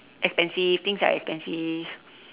expensive things are expensive